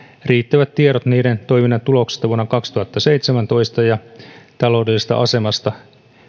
riittävät tiedot niiden toiminnan tuloksista vuonna kaksituhattaseitsemäntoista ja taloudellisesta asemasta